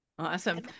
Awesome